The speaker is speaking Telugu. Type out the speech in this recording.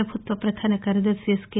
ప్రభుత్వ ప్రపధాన కార్యదర్గి ఎస్కె